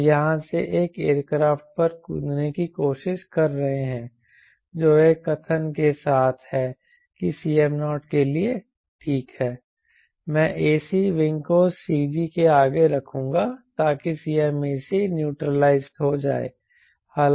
हम यहाँ से एक एयरक्राफ्ट पर कूदने की कोशिश कर रहे हैं जो एक कथन के साथ है कि Cm0 के लिए ठीक है मैं ac विंग को CG के आगे रखूंगा ताकि Cmac निन्यूट्रलाइज्ड हो जाए